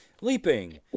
Leaping